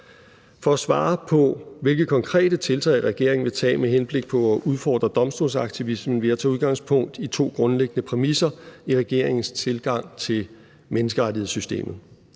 For at svare på, hvilke konkrete tiltag regeringen vil tage med henblik på at udfordre domstolsaktivismen, vil jeg tage udgangspunkt i to grundlæggende præmisser for regeringens tilgang til menneskerettighedssystemet.